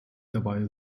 dabei